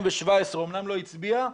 הוא אמנם לא הצביע,